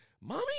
mommy